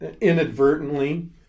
inadvertently